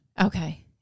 Okay